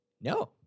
No